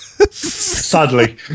Sadly